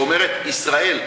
ואומרת: ישראל,